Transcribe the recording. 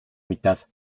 mitad